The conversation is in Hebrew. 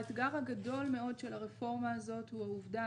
האתגר הגדול מאוד של הרפורמה הזאת הוא העובדה